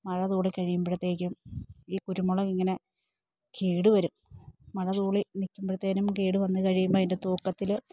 മഴ തൂളി കഴിയുമ്പോഴ്ത്തേക്കും ഈ കുരുമുളകിങ്ങനെ കേട് വരും മഴ തൂളി നിൽക്കുമ്പഴ്ത്തേനും കേട് വന്ന് കഴിയുമ്പം അതിൻ്റെ തൂക്കത്തിൽ